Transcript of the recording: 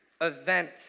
event